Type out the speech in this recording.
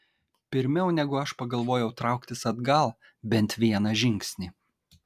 pirmiau negu aš pagalvojau trauktis atgal bent vieną žingsnį